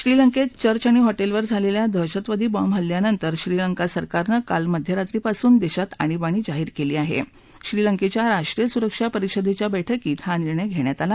श्रीलंक्त church आणि हॉटल्स्पर झालखा दहशतवादी bomb हल्यानंतर Sri Lanka सरकारनं काल मध्यरात्रीपासून दक्षात आणीबाणी जाहीर क्वी आह श्रीलंक्वीय राष्ट्रीय सुरक्षा परिषदख्या बैठकीत हा निर्णय घण्यात आला